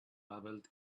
babbled